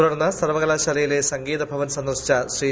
തുടർന്ന് സർവകലാശാലയിലെ സംഗീത ഭവൻ സന്ദർശിച്ച ശ്രീ